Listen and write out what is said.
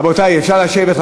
רבותי, אפשר לשבת.